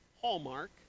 Hallmark